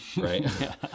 right